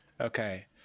okay